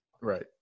Right